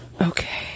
Okay